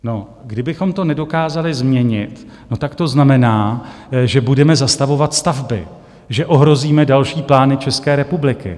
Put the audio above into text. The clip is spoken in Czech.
No, kdybychom to nedokázali změnit, tak to znamená, že budeme zastavovat stavby, že ohrozíme další plány České republiky.